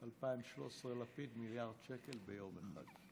2013, לפיד, מיליארד שקל ביום אחד.